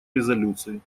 резолюции